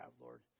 Lord